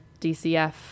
DCF